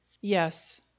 Yes